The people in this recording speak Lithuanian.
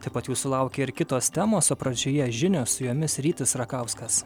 taip pat jūsų laukia ir kitos temoso pradžioje žinios su jomis rytis rakauskas